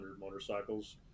motorcycles